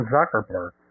Zuckerberg